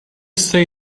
stay